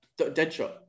Deadshot